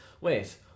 Wait